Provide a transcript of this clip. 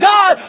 God